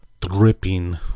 dripping